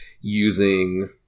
using